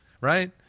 Right